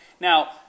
Now